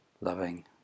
loving